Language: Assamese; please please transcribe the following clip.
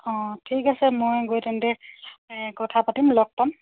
অঁ ঠিক আছে মই গৈ তেন্তে কথা পাতিম লগ পাম